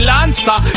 Lancer